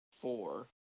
four